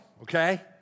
okay